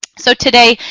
so today,